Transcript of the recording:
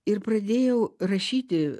ir pradėjau rašyti